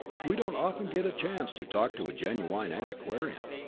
we don't often get a chance to talk to a genuine antiquarian.